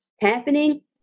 happening